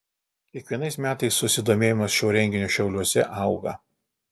kiekvienais metais susidomėjimas šiuo renginiu šiauliuose auga